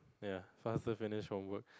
ya faster finish homework